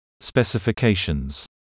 specifications